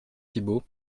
thibault